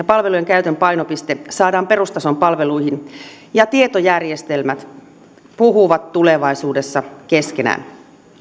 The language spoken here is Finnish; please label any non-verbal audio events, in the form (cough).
(unintelligible) palvelujen käytön painopiste saadaan perustason palveluihin ja tietojärjestelmät puhuvat tulevaisuudessa keskenään